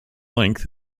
length